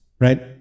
right